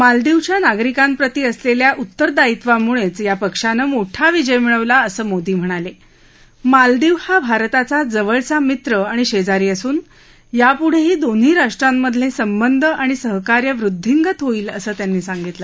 मालदीवच्या नागरिकांप्रती असलख्खा उत्तरदायित्वामुळख्या पक्षानं मोठा विजय मिळवला असं मोदी म्हणाल आलदीव हा भारताचा जवळचा मित्र आणि शक्तिरी असून यापुढ्टीी दोन्ही राष्ट्रांमधल जिंबंध आणि सहकार्य वृद्धींगत होईल असं त्यांनी सांगितलं